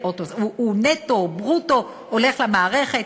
הוא נטו, ברוטו, הולך למערכת.